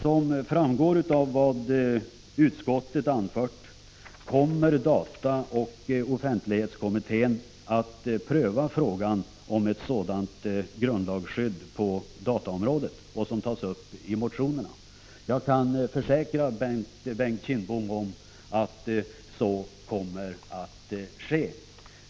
Som framgår av vad utskottet har anfört kommer dataoch offentlighetskommittén att pröva frågan om ett grundlagsskydd på dataområdet, vilket tas upp i motionerna. Jag kan försäkra Bengt Kindbom om att så kommer att ske.